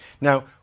now